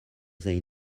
they